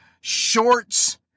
shorts